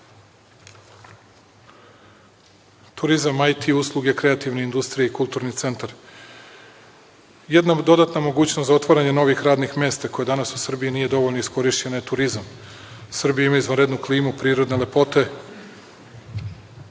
IT usluge, kreativna industrija i kulturni centar. Jedna dodatna mogućnost za otvaranje novih radnih mesta, koja danas u Srbiji nije dovoljno iskorišćena je turizam. Srbija ima izvanrednu klimu, prirodne lepote,